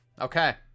okay